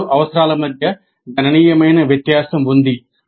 ఈ రెండు అవసరాల మధ్య గణనీయమైన వ్యత్యాసం ఉంది